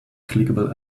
clickable